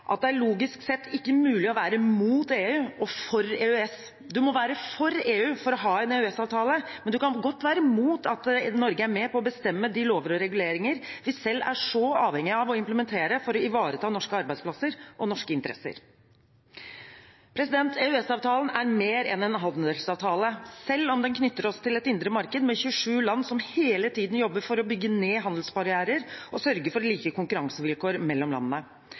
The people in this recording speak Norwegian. at det logisk sett ikke er mulig er å være imot EU og for EØS. Man må være for EU for å ha en EØS-avtale, men man kan godt være imot at Norge er med på å bestemme de lover og reguleringer vi selv er så avhengige av å implementere for å ivareta norske arbeidsplasser og norske interesser. EØS-avtalen er mer enn en handelsavtale, selv om den knytter oss til et indre marked med 27 land som hele tiden jobber for å bygge ned handelsbarrierer og sørge for like konkurransevilkår mellom landene.